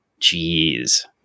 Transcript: Jeez